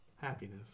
Happiness